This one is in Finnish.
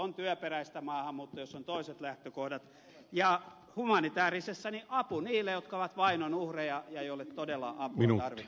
on työperäistä maahanmuuttoa jossa on toiset lähtökohdat ja humanitäärisessä apu niille jotka ovat vainon uhreja ja joille todella apua tarvitaan